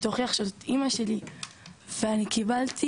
שהיא תוכיח שזאת אמא שלי ואני קיבלתי